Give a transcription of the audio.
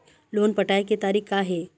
Loan पटाए के तारीख़ का हे?